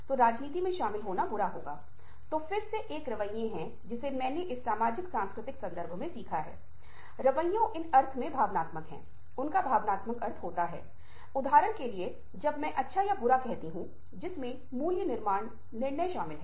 तो कुछ अर्थों में आप कह सकते हैं कि यह सुनने का मूल है और जैसे ही हम आगे बढ़ते हैं हम पाते हैं कि हम स्कूलों में जाते हैं जहाँ हमें व्याख्यान सुनने के लिए कहा जाता है हम कॉलेजों विश्वविद्यालयों में जाते हैं जहाँ हमें फिर से सुनने के लिए कहा जाता है यहाँ तक कि हमारे वयस्क जीवन में भी हमे सुनने के लिए कहा जाता है